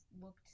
looked